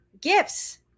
gifts